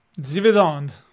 Dividend